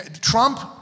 Trump